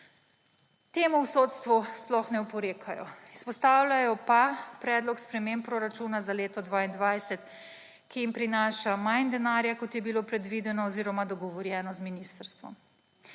Temu v sodstvu sploh ne oporekajo. Izpostavljajo pa Predlog sprememb proračuna za leto 2022, ki jim prinaša manj denarja, kot je bilo predvideno oziroma dogovorjeno z ministrstvom.